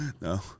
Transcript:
No